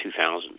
2000